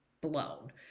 blown